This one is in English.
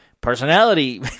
personality